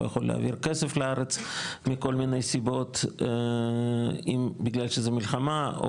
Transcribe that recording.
לא יכול להעביר כסף לארץ מכל מיני סיבות בגלל שזה מלחמה,